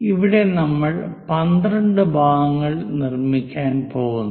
ഇവിടെ നമ്മൾ 12 ഭാഗങ്ങൾ നിർമ്മിക്കാൻ പോകുന്നു